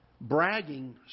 Bragging